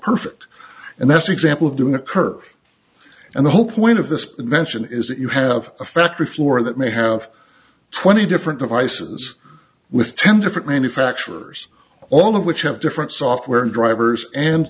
perfect and that's an example of doing a curve and the whole point of this invention is that you have a factory floor that may have twenty different devices with ten different manufacturers all of which have different software drivers and